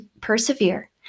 persevere